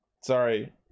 sorry